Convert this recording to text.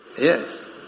Yes